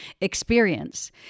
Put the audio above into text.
experience